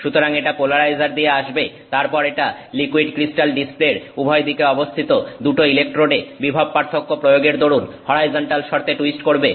সুতরাং এটা পোলারাইজার দিয়ে আসবে তারপর এটা লিকুইড ক্রিস্টাল ডিসপ্লের উভয়দিকে অবস্থিত 2 ইলেকট্রোডে বিভব পার্থক্য প্রয়োগের দরুন হরাইজন্টাল শর্তে টুইস্ট করবে